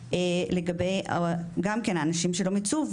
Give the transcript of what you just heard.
לגבי גם כן אנשים שלא מיצו,